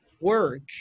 work